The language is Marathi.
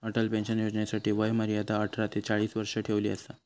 अटल पेंशन योजनेसाठी वय मर्यादा अठरा ते चाळीस वर्ष ठेवली असा